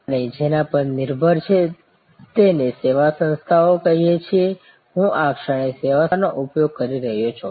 આપણે જેના પર નિર્ભર છે તેને સેવા સંસ્થા કહીએ છીએ હું આ ક્ષણે સેવા સંસ્થાનો ઉપયોગ કરી રહ્યો છું